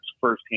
firsthand